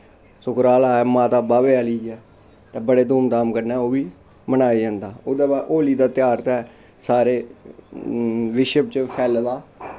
माता सुकराला ऐ माता बाह्वे आह्ली ऐ ते बड़े धूमदाम कन्नै ओह् बी मनाया जंदा ओह्दै बाद होली दी तेहार ते सारे बिश्व च फैले दा